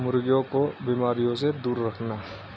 مرغیوں کو بیماریوں سے دور رکھنا